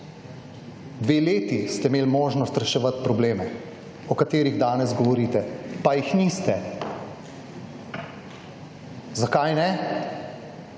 Dve leti ste imeli možnost reševati probleme o katerih danes govorite, pa jih niste. Zakaj ne?